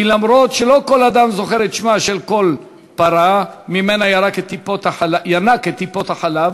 כי גם אם לא כל אדם זוכר את שמה של כל פרה שממנה ינק את טיפות החלב,